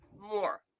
more